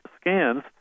scans